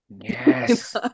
Yes